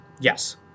Yes